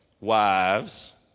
wives